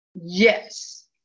Yes